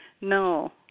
No